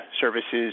services